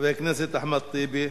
חבר הכנסת אחמד טיבי,